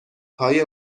های